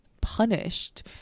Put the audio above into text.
punished